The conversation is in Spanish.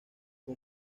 fue